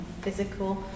physical